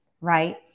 right